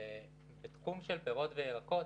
בתחום של פירות וירקות,